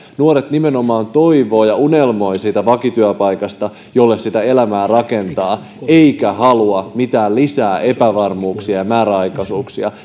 nuoret nimenomaan unelmoivat siitä vakityöpaikasta jolle sitä elämää rakentaa eivätkä halua elämään lisää mitään epävarmuuksia ja määräaikaisuuksia